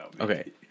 Okay